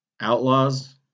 Outlaws